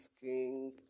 King